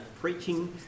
preaching